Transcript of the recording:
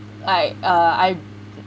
like err I